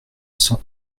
cent